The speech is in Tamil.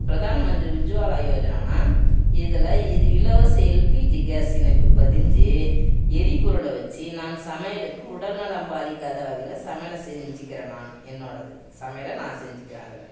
பிரதான் மந்திரி உஜ்வாலா யோஜனானா இதில் இது இலவச எல்பிஜி கேஸ் இணைப்பு பதிஞ்சு எரிபொருளை வச்சு நான் சமையலுக்கு உடல் நலம் பாதிக்காத வகையில் சமையலை செஞ்சுக்கிறேன் நானு என்னோடது சமையலை நான் செஞ்சுக்கிறேன் அதில்